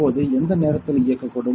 இப்போது எந்த நேரத்தில் இயக்கப்படும்